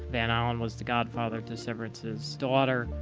van alen was the godfather to severance's daughter.